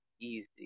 easy